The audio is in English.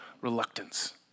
reluctance